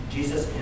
Jesus